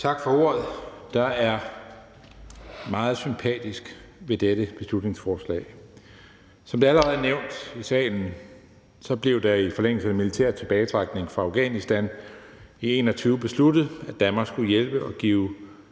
Tak for ordet. Der er meget sympatisk ved dette beslutningsforslag. Som det allerede er nævnt i salen, blev det i forlængelse af den militære tilbagetrækning fra Afghanistan i 2021 besluttet, at Danmark skulle hjælpe og give